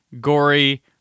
gory